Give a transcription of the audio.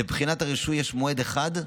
לבחינת הרישוי יש מועד אחד,